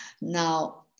Now